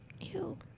Ew